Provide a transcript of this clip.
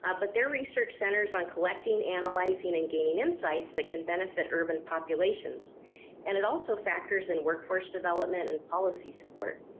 ah but their research centers on collecting analyzing and gaining insights that can benefit open populations and it also factors in workforce development and policy support